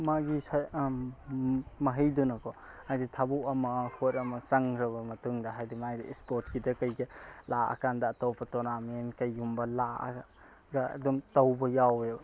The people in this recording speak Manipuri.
ꯃꯥꯒꯤ ꯃꯍꯩꯗꯨꯅꯀꯣ ꯍꯥꯏꯗꯤ ꯊꯕꯛ ꯑꯃ ꯄꯣꯠ ꯑꯃ ꯆꯪꯈ꯭ꯔꯕ ꯃꯇꯨꯡꯗ ꯍꯥꯏꯗꯤ ꯃꯥꯏ ꯏꯁꯄꯣꯔꯠꯀꯤꯗ ꯀꯩꯗ ꯂꯥꯛꯑ ꯀꯥꯟꯗ ꯑꯇꯣꯞꯄ ꯇꯣꯔꯅꯥꯃꯦꯟ ꯀꯩꯒꯨꯝꯕ ꯂꯥꯛꯑꯒ ꯑꯗꯨꯝ ꯇꯧꯕ ꯌꯥꯎꯋꯦꯕ